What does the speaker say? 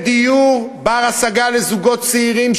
בדיור בר-השגה לזוגות צעירים,